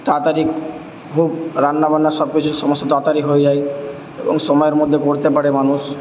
তাড়াতাড়ি খুব রান্না বান্না সব কিছু সমস্ত তাড়াতাড়ি হয়ে যায় এবং সময়ের মধ্যে করতে পারে মানুষ